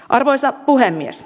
arvoisa puhemies